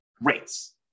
rates